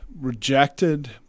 rejected